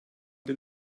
die